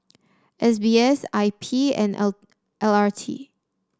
S B S I P and L R T